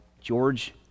George